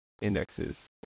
indexes